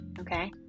okay